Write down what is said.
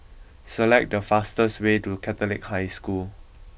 select the fastest way to Catholic High School